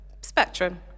spectrum